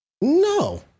No